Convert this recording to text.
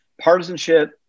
partisanship